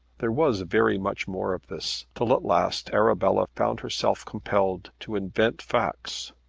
there was very much more of this, till at last arabella found herself compelled to invent facts.